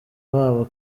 babo